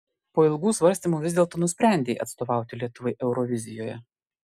po ilgų svarstymų vis dėlto nusprendei atstovauti lietuvai eurovizijoje